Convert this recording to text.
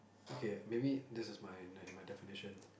okay maybe this is my n~ my definition